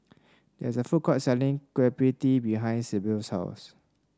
there is a food court selling Kueh Pie Tee behind Sibyl's house